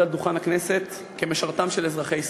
על דוכן הכנסת כמשרתם של אזרחי ישראל.